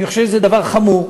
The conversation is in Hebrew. אני חושב שזה דבר חמור.